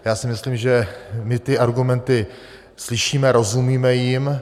Já si myslím, že my ty argumenty slyšíme, rozumíme jim.